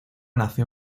nació